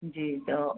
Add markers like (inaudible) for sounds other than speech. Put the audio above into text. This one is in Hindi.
जी (unintelligible)